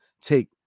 take